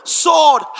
sword